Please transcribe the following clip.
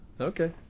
Okay